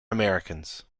americans